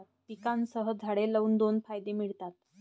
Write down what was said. पिकांसह झाडे लावून दोन फायदे मिळतात